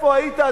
איפה היית,